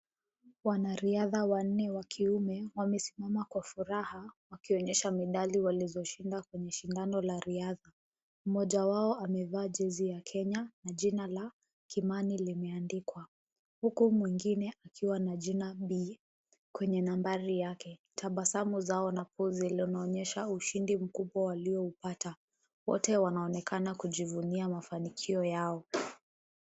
Wanariadha wanne wa kiume wamesimama kwa furaha wakionyesha medali walizoshinda kwenye shindano la riadha. Mmoja wao amevaa jezi ya Kenya jina la Kimani limeandikwa huku mwingine akiwa na jina mbili kwenye nambari yake. Tabasamu zao na pozi hizo unaonyesha ushindi mkubwa waliopata. Wote wanaonekana kujivinia mafanikio yao.